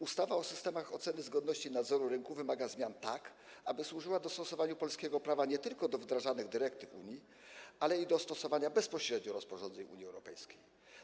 Ustawa o systemach oceny zgodności nadzoru rynku wymaga zmian, tak aby służyła dostosowaniu polskiego prawa nie tylko do wdrażanych dyrektyw Unii, ale i do stosowania bezpośrednio rozporządzeń Unii Europejskiej.